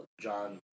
John